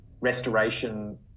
restoration